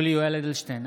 (קורא בשמות חברי הכנסת) יולי יואל אדלשטיין,